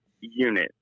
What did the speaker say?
unit